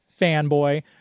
fanboy